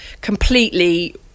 completely